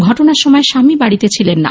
ঘটনার সময় স্বামী বাড়িতে ছিলেন না